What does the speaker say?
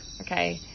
Okay